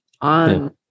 on